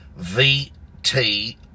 vt